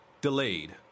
delayed